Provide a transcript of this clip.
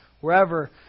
wherever